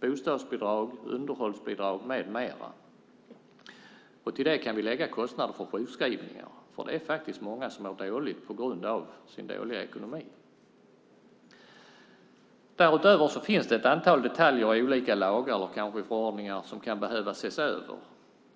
bostadsbidrag, underhållsbidrag med mera. Till det kan vi lägga kostnader för sjukskrivningar, för det är faktiskt många som mår dåligt på grund av sin dåliga ekonomi. Därutöver finns det ett antal detaljer i olika lagar, eller kanske förordningar, som kan behöva ses över.